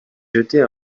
jeter